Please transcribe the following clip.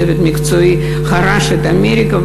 צוות מקצועי חרש את אמריקה,